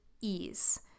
ease